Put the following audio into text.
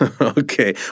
Okay